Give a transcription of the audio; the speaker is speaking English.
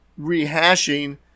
rehashing